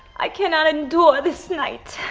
i can not endure this night.